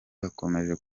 bakomeje